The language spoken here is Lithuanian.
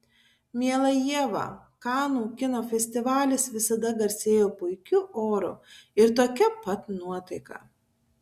miela ieva kanų kino festivalis visada garsėjo puikiu oru ir tokia pat nuotaika